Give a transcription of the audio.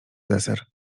deser